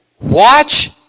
Watch